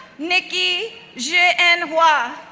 nikki zhi en hwa,